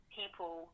people